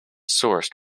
sourced